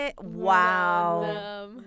Wow